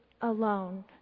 alone